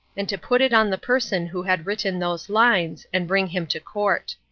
and to put it on the person who had written those lines, and bring him to court.